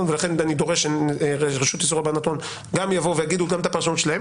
לכן אני דורש שרשות איסור הלבנת הון תבוא לכאן ותאמר את הפרשנות שלה.